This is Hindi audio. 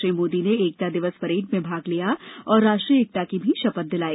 श्री मोदी ने एकता दिवस परेड में भाग लिया और राष्ट्रीय एकता की शपथ भी दिलाई